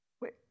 Wait